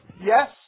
Yes